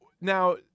Now